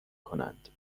کنند